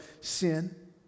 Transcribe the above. sin